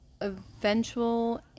eventual